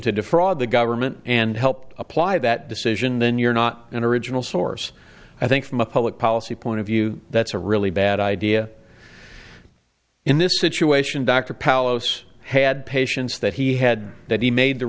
defraud the government and help apply that decision then you're not an original source i think from a public policy point of view that's a really bad idea in this situation dr paulose had patients that he had that he made the